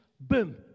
Boom